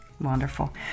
Wonderful